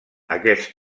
aquest